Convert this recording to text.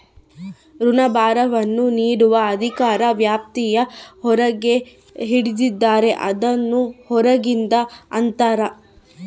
ಋಣಭಾರವನ್ನು ನೀಡುವ ಅಧಿಕಾರ ವ್ಯಾಪ್ತಿಯ ಹೊರಗೆ ಹಿಡಿದಿದ್ದರೆ, ಅದನ್ನು ಹೊರಗಿಂದು ಅಂತರ